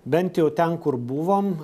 bent jau ten kur buvom